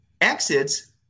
exits